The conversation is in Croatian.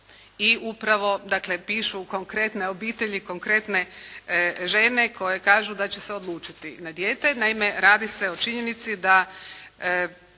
i upravo dakle pišu konkretne obitelji, konkretne žene koje kažu da će se odlučiti na dijete. Naime, radi se o činjenici da